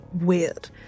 weird